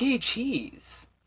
cheese